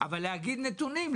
אבל להגיד נתונים,